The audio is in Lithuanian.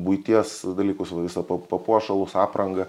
buities dalykus va visą pa papuošalus aprangą